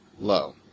low